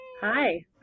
Hi